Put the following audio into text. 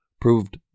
proved